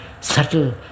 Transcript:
subtle